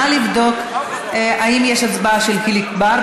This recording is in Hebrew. נא לבדוק אם יש הצבעה של חיליק בר,